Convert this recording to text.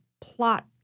plot